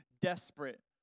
Desperate